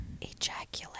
Ejaculate